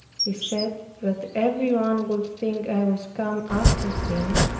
he said that every one would think i was come after him,